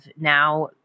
now